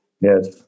Yes